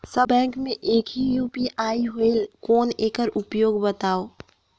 सब bank मे एक ही यू.पी.आई होएल कौन एकर उपयोग बताव?